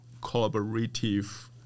collaborative